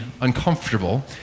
uncomfortable